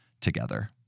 together